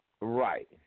Right